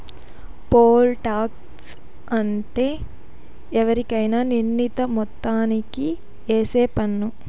pole tax అంటే ఎవరికైనా నిర్ణీత మొత్తానికి ఏసే పన్ను